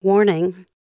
Warning